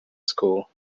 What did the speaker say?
school